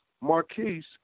Marquise